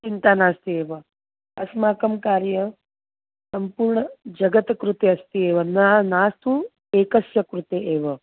चिन्ता नास्ति एव अस्माकं कार्यं सम्पूर्णजगतः कृते अस्ति एव न नास्ति एकस्य कृते एव